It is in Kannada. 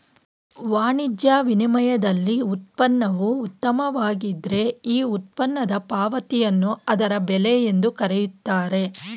ವಾಣಿಜ್ಯ ವಿನಿಮಯದಲ್ಲಿ ಉತ್ಪನ್ನವು ಉತ್ತಮವಾಗಿದ್ದ್ರೆ ಈ ಉತ್ಪನ್ನದ ಪಾವತಿಯನ್ನು ಅದರ ಬೆಲೆ ಎಂದು ಕರೆಯುತ್ತಾರೆ